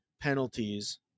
penalties